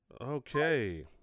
Okay